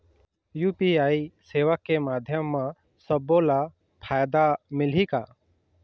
UPI सेवा के माध्यम म सब्बो ला फायदा मिलही का?